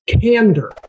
candor